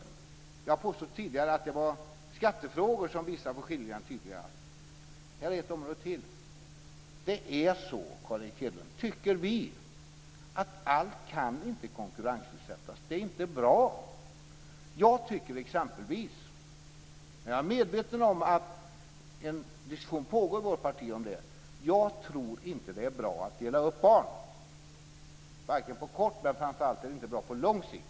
Jag påstod tidigare att det var skattefrågor som visade skillnaderna tydligast. Här är ett område till. Det är så, Carl Erik Hedlund - tycker vi - att allt kan inte konkurrensutsättas. Det är inte bra. Jag tror exempelvis inte - men jag är medveten om att en diskussion om detta pågår inom vårt parti - att det är bra att dela upp barn, inte på kort och framför allt inte på lång sikt.